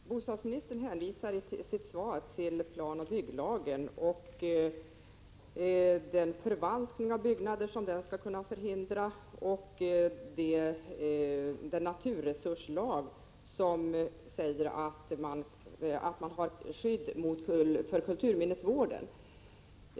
Fru talman! Bostadsministern hänvisar i sitt svar till planoch bygglagen och till att man genom den skall kunna förhindra förvanskning av byggnader. Han åberopar också naturresurslagen, i vilken det sägs att områden av riksintresse för kulturminnesvården skall skyddas.